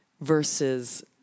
versus